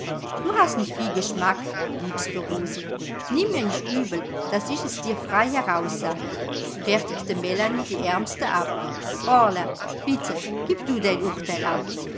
du hast nicht viel geschmack liebste rosi nimm mir nicht übel daß ich es dir frei heraussage fertigte melanie die aermste ab orla bitte gieb du dein urteil ab